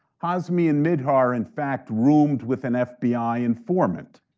hazmi and mihdhar are in fact roomed with an fbi informant.